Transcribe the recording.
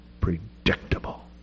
Predictable